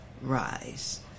rise